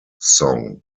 song